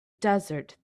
desert